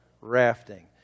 rafting